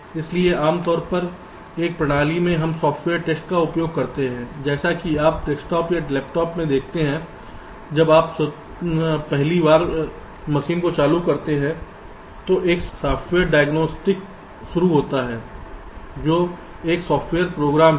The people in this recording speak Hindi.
इसलिए आम तौर पर एक प्रणाली में हम सॉफ्टवेयर टेस्ट का उपयोग करते हैं जैसे आप डेस्कटॉप या लैपटॉप में देखते हैं जब आप पहली बार मशीन को चालू करते हैं तो एक सॉफ्टवेयर डायग्नोस्टिक शुरू होता है जो एक सॉफ्टवेयर प्रोग्राम है